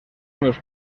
meus